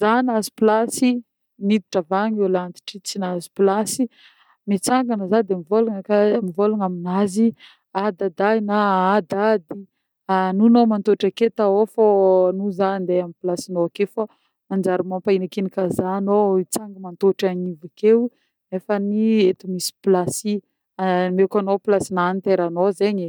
Zah nahazo place, niditra avy agny ôlo antitry tsy nahazo place. Mitsangagna zah de mivôlagna ka mivôlagna amin'azy: a Daday na a Dady! anio anô miôntohotro akeo ao fô aloha zah mandeha amin'ny placenô akeo fo, manjary mampahinikigniky zah anô hitsanga-mantôtra agnivoko akeo nefa eto misy place, omeko placena hitoeranô zegny e.